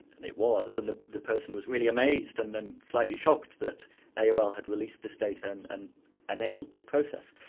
and it was, and the the person was really amazed and then slightly shocked that aol had released this data and and enabled this process.